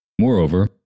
Moreover